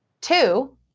Two